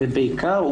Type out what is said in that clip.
ובעיקר,